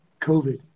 COVID